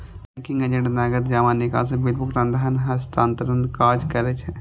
banking agent नकद जमा, निकासी, बिल भुगतान, धन हस्तांतरणक काज करै छै